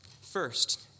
First